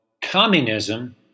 Communism